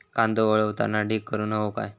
कांदो वाळवताना ढीग करून हवो काय?